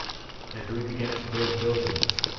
and we began to build buildings,